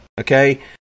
okay